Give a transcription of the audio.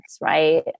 right